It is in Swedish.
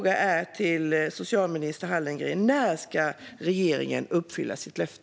Min fråga till socialminister Hallengren är: När ska regeringen uppfylla sitt löfte?